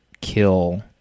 kill